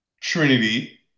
Trinity